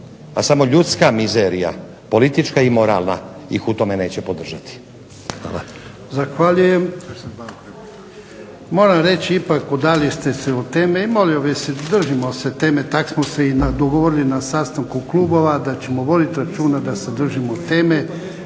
A samo ljudska mizerija, politička i moralna ih u tome neće podržati. Hvala.